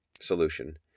solution